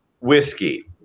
whiskey